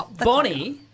Bonnie